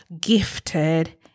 gifted